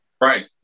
Right